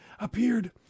appeared